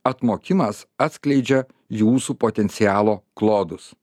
atmokimas atskleidžia jūsų potencialo klodus